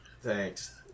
thanks